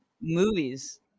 movies